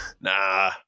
Nah